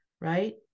right